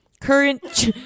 current